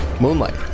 Moonlight